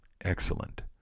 Excellent